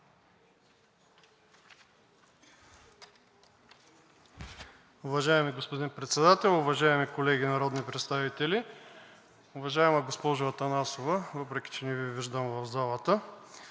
Уважаеми господин Председател, уважаеми колеги народни представители! Уважаема госпожо Атанасова, въпреки че не Ви виждам в залата,